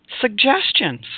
Suggestions